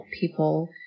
people